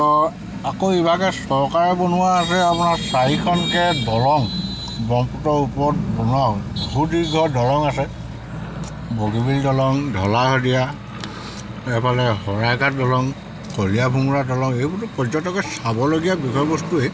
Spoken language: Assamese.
আকৌ ইভাগে চৰকাৰে বনোৱা আছে আপোনাৰ চাৰিখনকে দলং ব্ৰহ্মপুত্ৰৰ ওপৰত বনোৱা সুদীৰ্ঘ দলং আছে বগীবিল দলং ঢলা শদিয়া এইফালে শৰাইঘাট দলং কলীয়াভোমোৰা দলং এইবোৰ পৰ্যটকে চাবলগীয়া বিষয়বস্তুৱেই